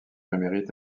émérite